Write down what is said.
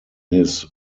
his